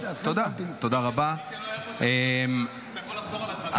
אתה יכול לחזור על הדברים.